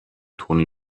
toni